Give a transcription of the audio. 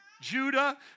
Judah